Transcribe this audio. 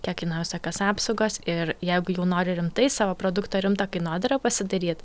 kiek kainuoja visokios apsaugos ir jeigu jau nori rimtai savo produkto rimtą kainodarą pasidaryt